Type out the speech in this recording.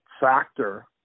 factor